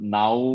now